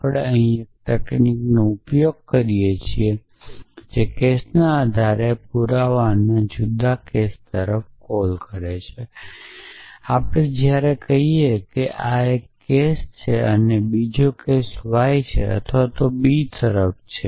આપણે એક તકનીકનો ઉપયોગ કરી શકીએ છીએ કે જે કેસના આધારે પુરાવાના જુદા જુદા કેસો તરફ કોલ કરે છે જ્યારે આપણે કહી શકીએ કે જ્યારે કેસ એ છે અને કેસ y છે અથવા b તરફ છે